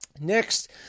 Next